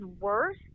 worse